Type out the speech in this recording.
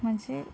म्हणजे